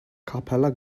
capella